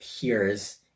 peers